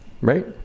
Right